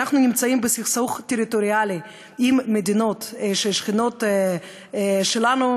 אנחנו נמצאים בסכסוך טריטוריאלי עם מדינות שכנות שלנו,